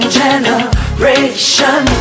generation